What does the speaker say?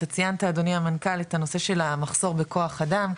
אתה ציינת אדוני המנכ"ל את הנושא של המחסור בכוח אדם,